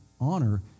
honor